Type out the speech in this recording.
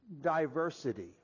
diversity